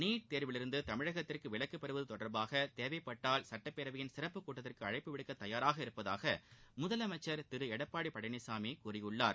ந் தேர்வில் இருந்து தமிழகத்திற்கு விலக்கு பெறுவது தொடர்பாக தேவைப்பட்டால் சுட்டப்பேரவையின் சிறப்புக் கூட்டத்திற்கு அழைப்பு விட தயாராக உள்ளதாக முதலமைச்சர் திரு எடப்பாடி பழனிசாமி கூறியுள்ளார்